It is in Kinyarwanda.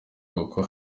kuko